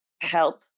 help